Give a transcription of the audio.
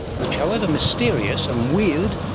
which however mysterious and weird,